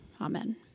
Amen